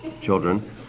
children